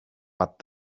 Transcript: but